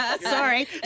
Sorry